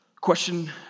Question